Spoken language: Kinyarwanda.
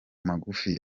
magufi